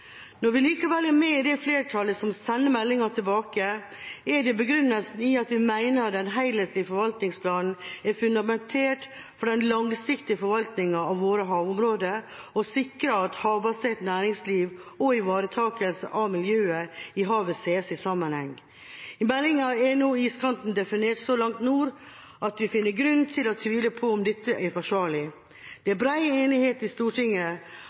Når vi likevel er med i det flertallet som sender meldinga tilbake, er det begrunnet i at vi mener at den helhetlige forvaltningsplanen er fundamentert for den langsiktige forvaltninga av våre havområder og sikrer at havbasert næringsliv og ivaretakelse av miljøet i havet ses i sammenheng. I meldinga er nå iskanten definert så langt nord at vi finner grunn til å tvile på om dette er forsvarlig. Det er bred enighet i Stortinget